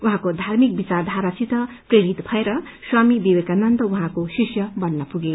उहाँको धार्मिक विचारधारासित प्रेरित भएर स्वामी विवेकानन्द उहाँको शिष्य बन्न पुगे